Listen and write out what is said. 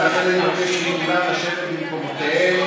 ולכן אני מבקש מכולם לשבת במקומותיהם.